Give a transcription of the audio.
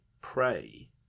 pray